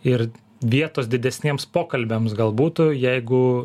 ir vietos didesniems pokalbiams gal būtų jeigu